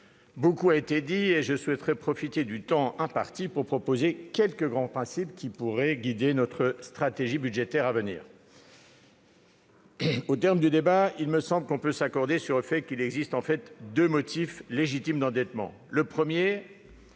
Beaucoup a été dit et je souhaiterais profiter du temps qui m'est imparti pour proposer quelques grands principes qui pourraient guider notre stratégie budgétaire à venir. Au terme de ce débat, il me semble que l'on peut s'accorder sur le fait qu'il existe deux motifs légitimes d'endettement. Le premier,